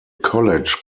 college